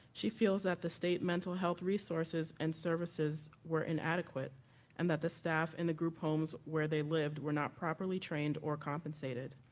she feels that the state mental health resources and services were inadequate and that the staff in the group homes where they lived were not properly trained or compensated.